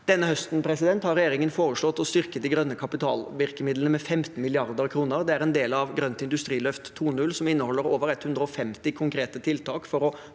Denne høsten har regjeringen foreslått å styrke de grønne kapitalvirkemidlene med 15 mrd. kr. Det er en del av grønt industriløft 2.0, som inneholder over 150 konkrete tiltak for å